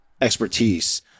expertise